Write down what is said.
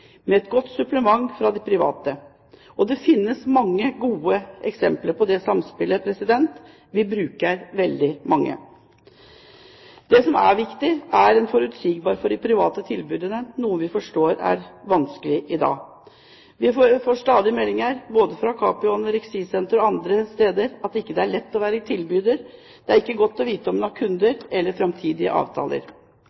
med et godt supplement fra det private. Det finnes mange gode eksempler på dette samspillet. Vi bruker veldig mange. Det som er viktig for de private tilbyderne, er forutsigbarhet, noe vi forstår mangler i dag. Vi får stadig meldinger, både fra Capio Anoreksi Senter og andre, om at det ikke er lett å være tilbyder. Det er ikke godt å vite om en får kunder